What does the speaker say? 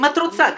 אם את רוצה כמובן.